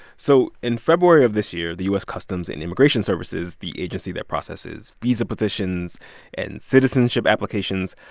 so in february of this year, the u s. customs and immigration services, the agency that processes visa petitions and citizenship applications,